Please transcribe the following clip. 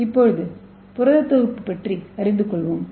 இப்போது புரத தொகுப்பு பற்றி அறிந்து கொள்வோம்